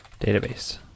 database